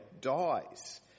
dies